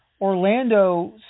Orlando